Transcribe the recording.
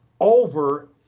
over